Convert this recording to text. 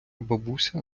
бабуся